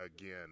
again